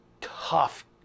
tough